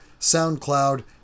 SoundCloud